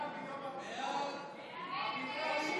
ביום הבחירות.